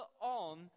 on